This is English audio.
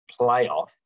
playoff